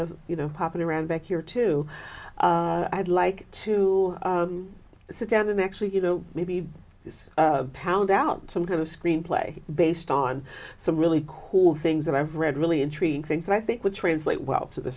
of you know hopping around back your two i would like to sit down and actually you know maybe he's pound out some kind of screenplay based on some really cool things that i've read really intriguing things that i think would translate well to the